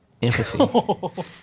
Empathy